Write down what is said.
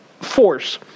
force